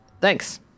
Thanks